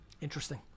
Interesting